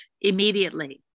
immediately